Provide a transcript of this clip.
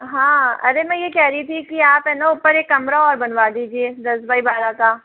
हाँ अरे मैं यह कह रही थी की आप है न ऊपर एक कमरा और बनवा दीजिए दस बाय बारह का